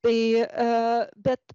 tai bet